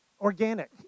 organic